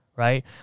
Right